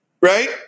right